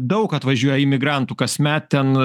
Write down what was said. daug atvažiuoja imigrantų kasmet ten